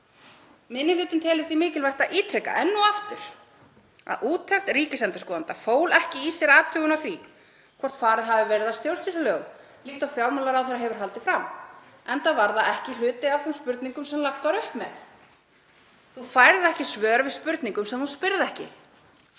Minni hlutinn telur mikilvægt að ítreka að úttekt ríkisendurskoðanda fól ekki í sér athugun á því hvort farið hefði verið að stjórnsýslulögum líkt og fjármálaráðherra hefur haldið fram, enda var það ekki hluti af þeim spurningum sem lagt var upp með. Þú færð ekki svör við spurningum sem þú spyrð ekki.